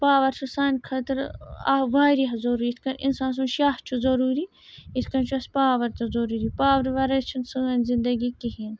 power چھُ سانہِ خٲطرٕ آو واریاہ ضروٗری یِتھ کٔنۍ اِنسان سُنٛد شاہ چھُ ضروٗری یِتھ کٔنۍ چھُ اَسہِ پاوَر تہِ ضٔروٗری پاورٕ وَرٲے چھِنہٕ سٲنۍ زِندگی کِہیٖنۍ